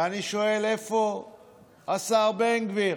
ואני שואל, איפה השר בן גביר?